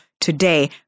today